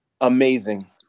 Amazing